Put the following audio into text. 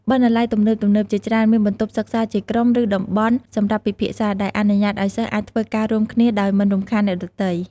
បណ្ណាល័យទំនើបៗជាច្រើនមានបន្ទប់សិក្សាជាក្រុម ឬតំបន់សម្រាប់ពិភាក្សា ដែលអនុញ្ញាតឲ្យសិស្សអាចធ្វើការរួមគ្នាដោយមិនរំខានអ្នកដទៃ។